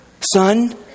son